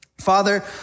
Father